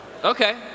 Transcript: Okay